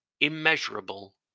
immeasurable